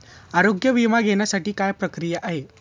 आरोग्य विमा घेण्यासाठी काय प्रक्रिया आहे?